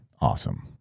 awesome